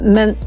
Men